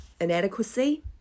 inadequacy